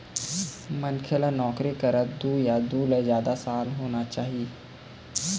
मनखे ल नउकरी करत दू या दू ले जादा साल होना चाही